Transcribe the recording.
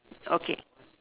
okay